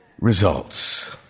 results